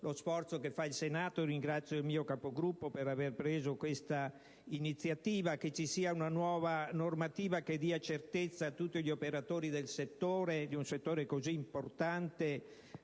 lo sforzo del Senato, e ringrazio il mio Capogruppo per aver preso l'iniziativa affinché ci sia una nuova normativa che dia certezza a tutti gli operatori di un settore così importante